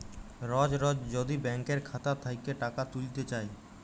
রজ রজ যদি ব্যাংকের খাতা থ্যাইকে টাকা ত্যুইলতে চায়